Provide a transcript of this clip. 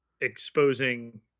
Exposing